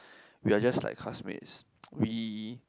we are just like classmates we